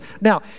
Now